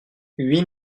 huit